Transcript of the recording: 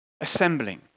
assembling